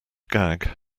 gag